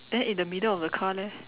then in the middle of the car leh